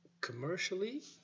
commercially